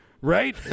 Right